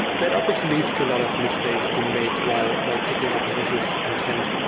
that obviously leads to a lot of mistakes you make while while picking up a user s intent.